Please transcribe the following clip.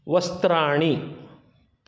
वस्त्राणि